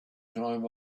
time